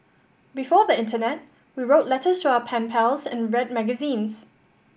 before the internet we wrote letters to our pen pals and read magazines